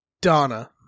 Donna